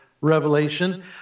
Revelation